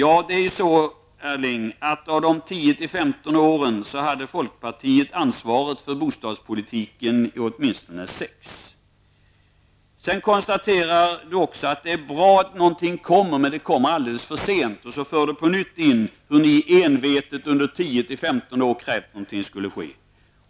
Av dessa 10-- 15 år har folkpartiet haft ansvaret för bostadspolitiken i åtminstone sex år. Erling Bager konstaterade att det är bra att någonting kommer men att det kommer alldeles för sent. Sedan talade han åter om hur folkpartiet under 10--15 år envetet krävt att något skulle ske.